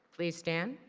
please stand,